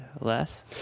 less